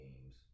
games